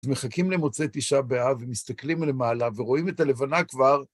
אז מחכים למוצא תשעה באה, ומסתכלים למעלה, ורואים את הלבנה כבר.